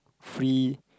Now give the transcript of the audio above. free